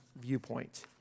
viewpoint